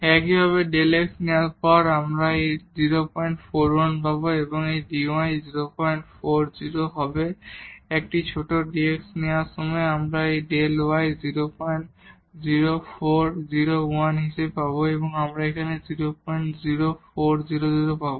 একইভাবে Δ x নেওয়ার সময় আমরা এই 041 পাব এবং dy 040 হবে এবং একটি ছোট Δ x নেওয়ার সময় আমরা Δ y 00401 হিসাবে পাব এবং এখানে আমরা 00400 পাব